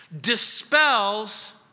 dispels